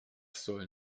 soll